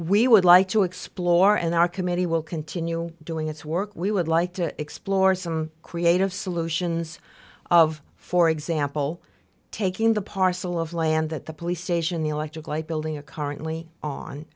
we would like to explore and our committee will continue doing its work we would like to explore some creative solutions of for example taking the parcel of land that the police station the electric light building a current only on